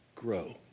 grow